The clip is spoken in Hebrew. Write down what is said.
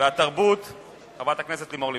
והתרבות חברת הכנסת לימור לבנת.